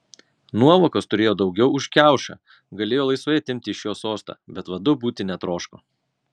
nuovokos turėjo daugiau už kiaušą galėjo laisvai atimti iš jo sostą bet vadu būti netroško